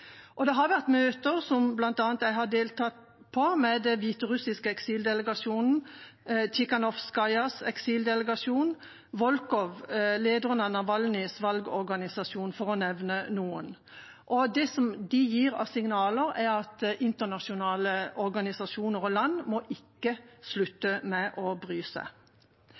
Det har vært møter, som bl.a. jeg har deltatt i, med den hviterussiske eksildelegasjonen, Tikhanovskajas eksildelegasjon, Volkov, lederen av Navalnys valgorganisasjon, for å nevne noen. Det de gir av signaler, er at internasjonale organisasjoner og land ikke må slutte å